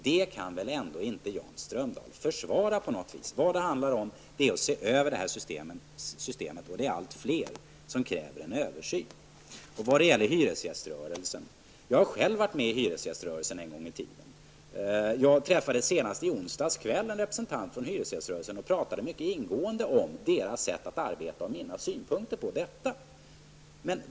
Det kan väl ändå inte Jan Det handlar om att vi måste se över systemet, och det är allt fler som kräver en sådan översyn. Så till hyresgäströrelsen. Jag har själv varit med i den en gång i tiden, och jag träffade senast i onsdags kväll en representant för hyresgäströrelsen och pratade mycket ingående om deras sätt att arbeta och mina synpunkter på det.